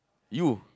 you